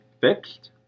fixed